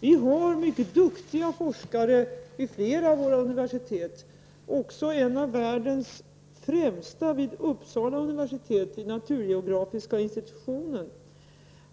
Vi har mycket duktiga forskare vid flera av våra universitet. Vi har en av världens främsta vid naturgeografiska institutionen vid Uppsala universitet.